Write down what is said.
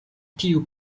tiu